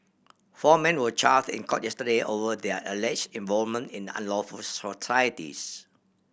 four men were chars in court yesterday over their allege involvement in unlawful societies